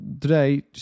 today